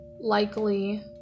likely